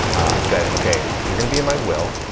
i said, okay, you're going to be in my will.